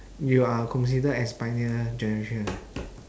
you are considered as pioneer generation